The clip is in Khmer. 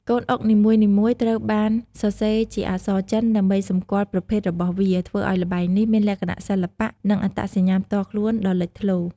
កូនអុកនីមួយៗត្រូវបានសរសេរជាអក្សរចិនដើម្បីសម្គាល់ប្រភេទរបស់វា ធ្វើឱ្យល្បែងនេះមានលក្ខណៈសិល្បៈ និងអត្តសញ្ញាណផ្ទាល់ខ្លួនដ៏លេចធ្លោ។